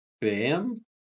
Bam